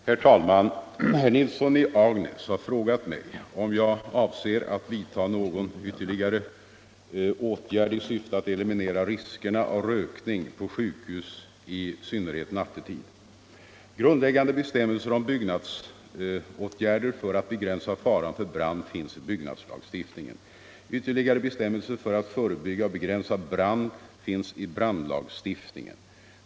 Herr talman! Herr Nilsson i Agnäs har frågat mig om jag avser att vidta någon ytterligare åtgärd i syfte att eliminera riskerna av rökning på sjukhus i synnerhet nattetid. Grundläggande bestämmelser om byggnadsåtgärder för att begränsa faran för brand finns i byggnadslagstiftningen. Ytterligare bestämmelser för att förebygga och begränsa brand finns i brandlagstiftningen.